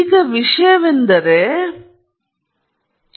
ಈಗ ಈ ವಿಷಯವೆಂದರೆ ನೀವು ಹೊಂದಿರುವಾಗ